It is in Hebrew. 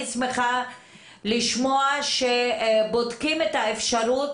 אני שמחה לשמוע שבודקים את האפשרות,